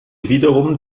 wiederum